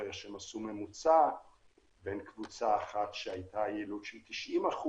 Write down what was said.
התברר שהם עשו ממוצע בין קבוצה אחת שבה הייתה יעילות של 90%